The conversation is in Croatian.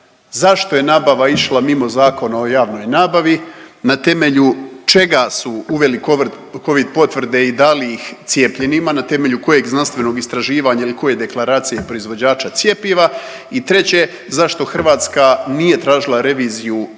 Zašto je nabava išla mimo Zakona o javnoj nabavi? Na temelju čega su uveli covid potvrde i dali ih cijepljenima, na temelju kojeg znanstvenog istraživanja ili koje deklaracije proizvođača cjepiva? I treće, zašto Hrvatska nije tražila reviziju